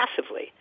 massively